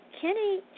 Kenny